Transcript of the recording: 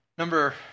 Number